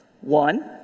One